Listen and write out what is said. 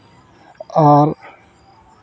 ᱟᱨ